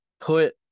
put